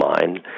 mind